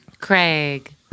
Craig